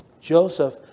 Joseph